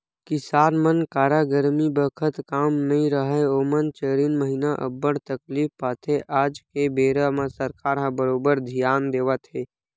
किसान मन करा गरमी बखत काम नइ राहय ओमन चारिन महिना अब्बड़ तकलीफ पाथे आज के बेरा म सरकार ह बरोबर धियान देवत हे